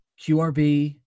QRB